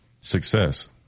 Success